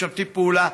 משתפים פעולה.